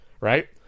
right